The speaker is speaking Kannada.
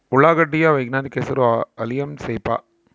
ಉಳ್ಳಾಗಡ್ಡಿ ಯ ವೈಜ್ಞಾನಿಕ ಹೆಸರು ಅಲಿಯಂ ಸೆಪಾ